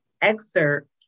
excerpt